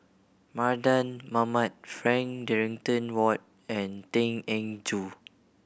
Mardan Mamat Frank Dorrington Ward and Tan Eng Joo